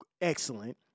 excellent